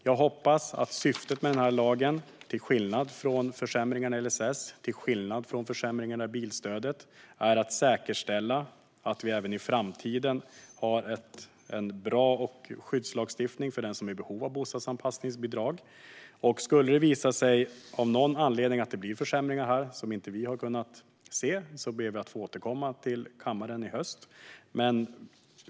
Jag hoppas att syftet med denna lag, till skillnad från försämringarna i LSS och till skillnad från försämringarna i bilstödet, är att säkerställa att vi även i framtiden har en bra skyddslagstiftning för den som är i behov av bostadsanpassningsbidrag. Skulle det av någon anledning visa sig att det blir försämringar här som vi inte har kunnat se ber vi att få återkomma till kammaren i höst.